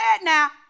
now